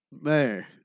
Man